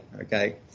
Okay